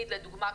לדוגמה,